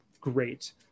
great